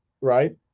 right